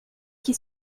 qui